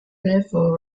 therefore